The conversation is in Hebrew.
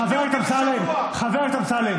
כששמעתי את האוזר, הוציא אותי, להוציא אותי לשבוע.